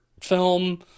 film